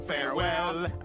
Farewell